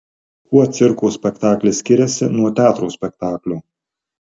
kuo cirko spektaklis skiriasi nuo teatro spektaklio